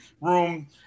room